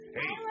Hey